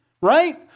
Right